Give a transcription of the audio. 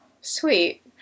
sweet